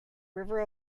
river